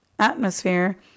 atmosphere